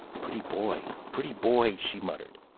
pretty boy, pretty boy she muttered,